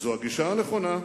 זו הגישה הנכונה,